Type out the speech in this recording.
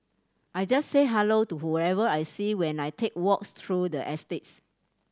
I just say hello to whoever I see when I take walks through the estates